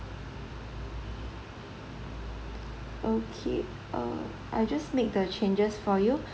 okay uh I'll just make the changes for you